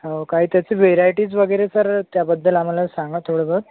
हो काही त्याचे व्हेरायटीज् वगैरे सर त्याबद्दल आम्हाला सांगा थोडंसं